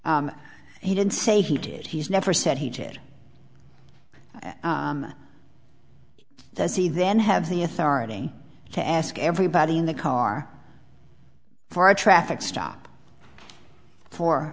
he didn't say he did he's never said he did as he then have the authority to ask everybody in the car for a traffic stop for